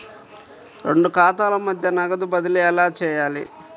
రెండు ఖాతాల మధ్య నగదు బదిలీ ఎలా చేయాలి?